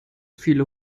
viele